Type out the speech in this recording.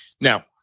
Now